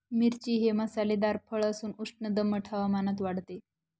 मिरची हे मसालेदार फळ असून उष्ण दमट हवामानात वाढते